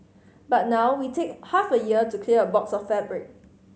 but now we take half a year to clear a box of fabric